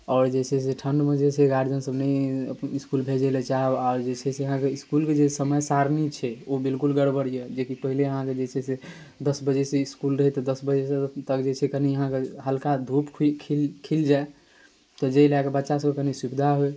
आओर जे छै से ठण्डमे जे छै से गार्जिअनसभ नहि इसकुल भेजैलए चाहब आओर जे छै से अहाँके इसकुलके जे समय सारिणी छै ओ बिलकुल गड़बड़ अइ जेकि पहिले अहाँके जे छै से दस बजेसँ इसकुल रहै तऽ दस बजेसँ तक जे छै से कनि अहाँके हल्का धूप खिल खिल जाए तऽ जाहि लऽ कऽ बच्चासभके कनि सुविधा होइ